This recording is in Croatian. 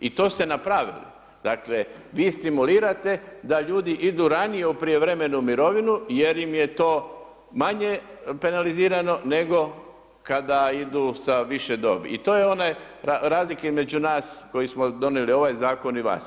I to ste napravili, dakle, vi stimulirate da ljudi idu ranije u prijevremenu mirovinu jer im je to manje penalizirano nego kada idu sa više dobi, i to je one razlike između nas koji smo donijeli ovaj zakon i vas.